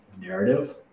narrative